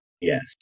Yes